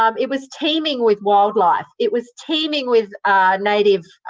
um it was teeming with wildlife. it was teeming with native